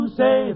say